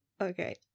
Okay